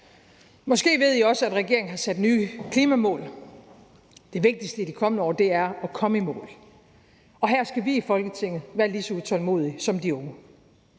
Måske ved I også, at regeringen har sat nye klimamål. Det vigtigste i de kommende år er at komme i mål, og her skal vi i Folketinget være lige så utålmodige som de unge.